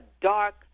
dark